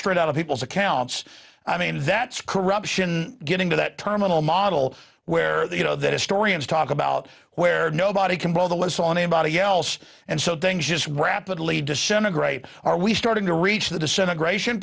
straight out of people's accounts i mean that's corruption getting to that terminal model where you know that historians talk about where nobody can blow the whistle on anybody else and so then just rapidly disintegrate are we starting to reach the disintegration